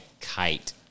kite